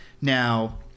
now